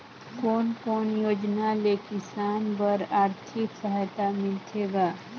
कोन कोन योजना ले किसान बर आरथिक सहायता मिलथे ग?